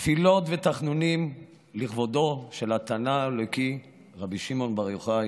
תפילות ותחנונים לכבודו של התנא האלוקי רבי שמעון בר יוחאי